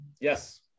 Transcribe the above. Yes